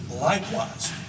Likewise